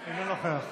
בעד יעל רון בן משה,